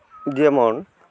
ᱡᱮᱢᱚᱱ